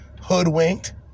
hoodwinked